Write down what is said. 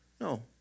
No